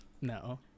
No